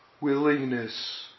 willingness